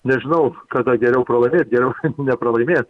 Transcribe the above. nežinau kada geriau pralaimėt geriau nepralaimėt